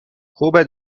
خوبه